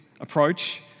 approach